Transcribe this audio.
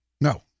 No